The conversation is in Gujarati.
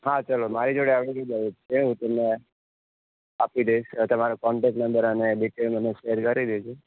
હા ચલો મારી જોડે આવશે તો તમને આપી દઇશ તમારો કોન્ટેક્ટ નંબર અને ડિટેઈલ્સ મને શેર કરી દેજો